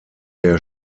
der